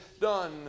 done